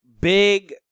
big